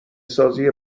سازی